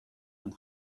and